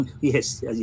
Yes